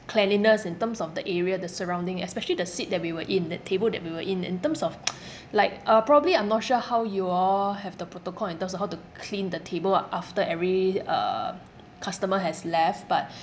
cleanliness in terms of the area the surrounding especially the seat that we were in the table that we were in in terms of like uh probably I'm not sure how you all have the protocol in terms of how to clean the table uh after every uh customer has left but